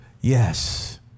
Yes